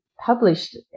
published